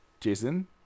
Jason